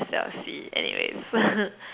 S_L_C anyways